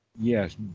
yes